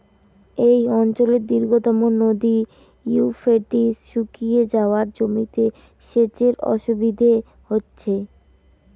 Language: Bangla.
এই অঞ্চলের দীর্ঘতম নদী ইউফ্রেটিস শুকিয়ে যাওয়ায় জমিতে সেচের অসুবিধে হচ্ছে